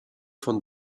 von